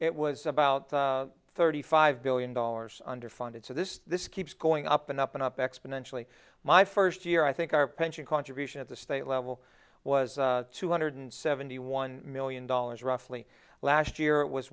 it was about thirty five billion dollars underfunded so this this keeps going up and up and up exponentially my first year i think our pension contribution at the state level was two hundred seventy one million dollars roughly last year it was